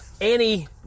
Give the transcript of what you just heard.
Annie